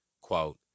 Quote